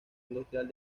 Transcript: industrial